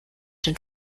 den